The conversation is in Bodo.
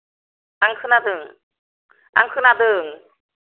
आं खोनादों आं खोनादों